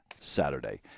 Saturday